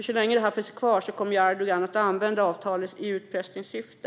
Så länge avtalet finns kvar kommer Erdogan att använda det i utpressningssyfte.